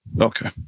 Okay